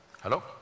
Hello